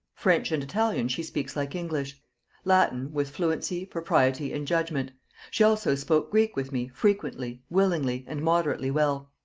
french and italian she speaks like english latin, with fluency propriety, and judgement she also spoke greek with me, frequently, willingly, and moderately well.